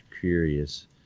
curious